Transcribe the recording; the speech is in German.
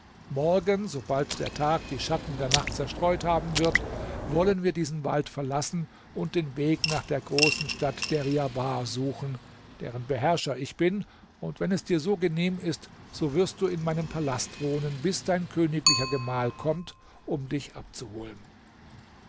morgen sobald der tag die schatten der nacht zerstreut haben wird wollen wir diesen wald verlassen und den weg nach der großen stadt deryabar suchen deren beherrscher ich bin und wenn es dir so genehm ist so wirst du in meinem palast wohnen bis dein königlicher gemahl kommt um dich abzuholen